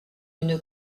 une